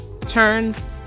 turns